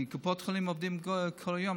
כי קופות חולים עובדות כל היום,